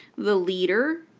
the liter,